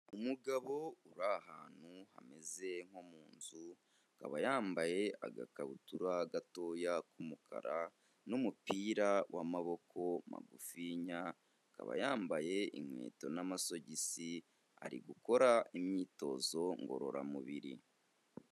Umugabo uri ahantu hameze nko mu nzu, akaba yambaye agakabutura gatoya k'umukara n'umupira w'amaboko magufinya, akaba yambaye inkweto n'amasogisi, ari gukora imyitozo ngororamubiri.